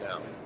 now